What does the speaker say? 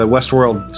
Westworld